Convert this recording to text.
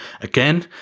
Again